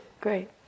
Great